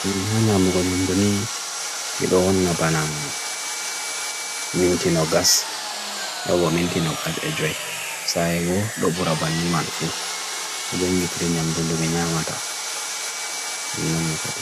Liddi heɓi hokkita goongu ngal. ɓe nafoore hokkita, fiinooko.